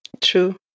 true